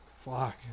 Fuck